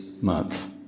month